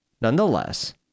nonetheless